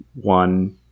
one